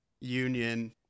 union